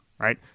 right